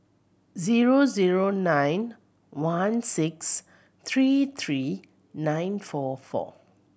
zero zero nine one six three three nine four four